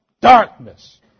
darkness